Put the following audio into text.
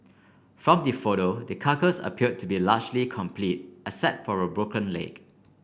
from the photo the carcass appear to be largely complete except for a broken leg